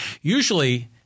Usually